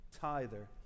tither